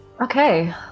Okay